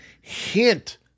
hint